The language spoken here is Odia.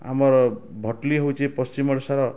ଆମର୍ ଭଟ୍ଲି ହଉଛି ପଶ୍ଚିମ୍ ଓଡ଼ିଶାର